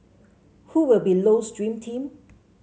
who will be Low's dream team